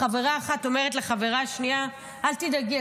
חברה אחת אומרת לחברה השנייה: אל תדאגי,